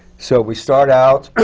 so we start out,